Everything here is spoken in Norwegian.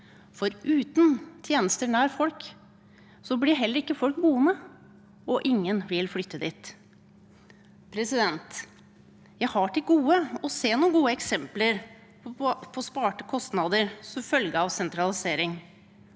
dag. Uten tjenester nær folk blir heller ikke folk boende – og ingen vil flytte dit. Jeg har til gode å se noen gode eksempler på sparte kostnader som følge av sentralisering.